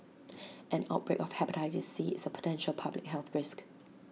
an outbreak of Hepatitis C is A potential public health risk